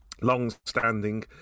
long-standing